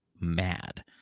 mad